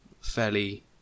fairly